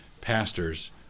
pastors